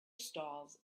stalls